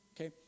Okay